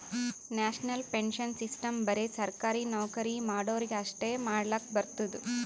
national pension system ಬರೆ ಸರ್ಕಾರಿ ನೌಕರಿ ಮಾಡೋರಿಗಿ ಅಷ್ಟೇ ಮಾಡ್ಲಕ್ ಬರ್ತುದ್